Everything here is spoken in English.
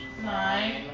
Nine